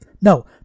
No